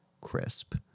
crisp